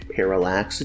Parallax